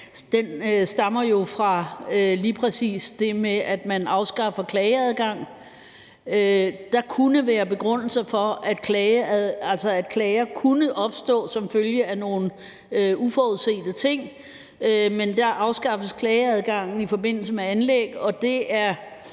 har, stammer jo lige præcis fra det med, at man afskaffer klageadgangen. Der kunne være grundlag for, at klager kunne opstå som følge af nogle uforudsete ting. Men der afskaffes klageadgangen i forbindelse med anlæg, og det er